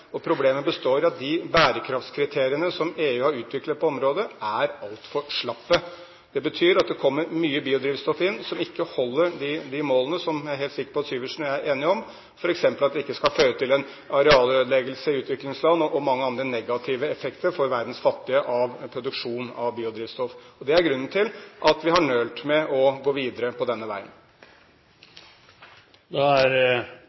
og problemet består i at de bærekraftskriteriene som EU har utviklet på området, er altfor slappe. Det betyr at det kommer mye biodrivstoff inn som ikke holder de målene som jeg er helt sikker på at Syversen og jeg er enige om, f.eks. at produksjon av biodrivstoff ikke skal føre til en arealødeleggelse i utviklingsland og mange andre negative effekter for verdens fattige. Det er grunnen til at vi har nølt med å gå videre på denne